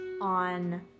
on